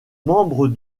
membre